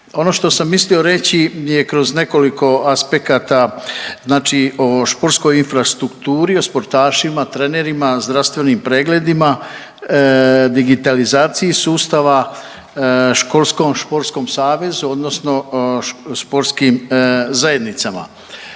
Ono što sam mislio reći je kroz nekoliko aspekata znači o športskoj infrastrukturi, o sportašima, trenerima, zdravstvenim pregledima, digitalizaciji sustava školskom sportskom savezu odnosno sportskim zajednicama.